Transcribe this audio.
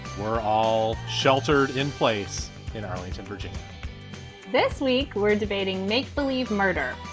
we're all sheltered in place in arlington, virginia this week, we're debating make-believe murder.